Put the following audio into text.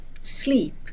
sleep